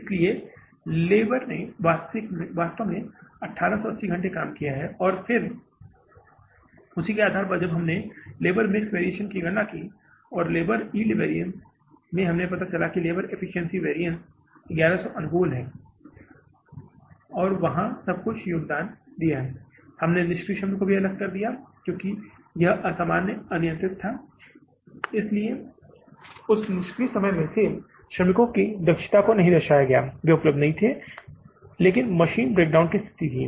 इसलिए लेबर ने वास्तव में 1880 घंटों के लिए काम किया है और फिर उसी के आधार पर जब हमने लेबर मिक्स वैरिअन्स की गणना की और लेबर यील्ड वैरिअन्स में हमें पता चला कि लेबर एफिशिएंसी वैरिअन्स 1100 अनुकूल है 1100 अनुकूल और वहाँ सब कुछ योगदान दिया है हमने निष्क्रिय समय को भी अलग कर दिया है क्योंकि यह असामान्य अनियंत्रित था इसलिए यह उस निष्क्रिय समय में श्रमिकों की दक्षता को नहीं दर्शाता है वे उपलब्ध नहीं थे लेकिन मशीन ब्रेकडाउन की स्थिति थी